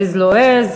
עז לא עז,